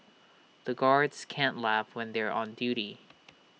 the guards can't laugh when they are on duty